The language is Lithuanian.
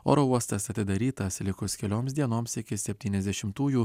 oro uostas atidarytas likus kelioms dienoms iki septyniasdešimtųjų